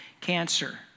cancer